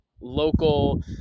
local